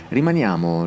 Rimaniamo